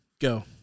go